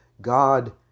God